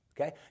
okay